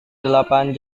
delapan